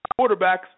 quarterbacks